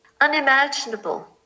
unimaginable